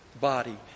body